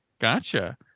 Gotcha